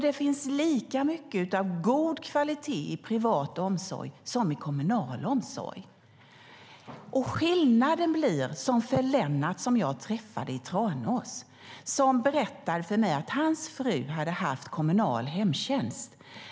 Det finns lika mycket av god kvalitet i privat omsorg som i kommunal omsorg. Den skillnad som blir gäller till exempel Lennart som jag träffade i Tranås och som berättade för mig att hans fru hade haft kommunal hemtjänst.